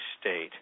state